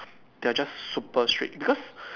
they're just super strict because